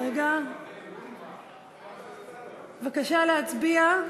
בבקשה להצביע.